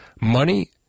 money